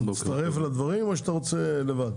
אתה מצטרף לדברים, או שאתה רוצה לבד?